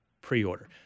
pre-order